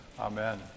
Amen